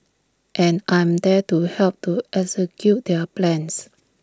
and I am there to help to execute their plans